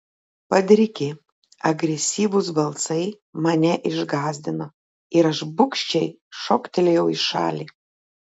padriki agresyvūs balsai mane išgąsdino ir aš bugščiai šoktelėjau į šalį